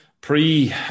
pre